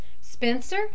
Spencer